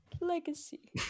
Legacy